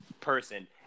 person